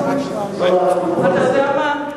ואתה יודע מה?